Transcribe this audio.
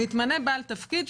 מתמנה בעל תפקיד,